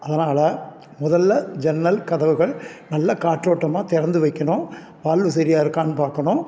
அதனால் முதல்ல ஜன்னல் கதவுகள் நல்லா காற்றோட்டமாக திறந்து வைக்கணும் வால்வு சரியா இருக்கான்னு பார்க்கணும்